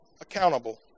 accountable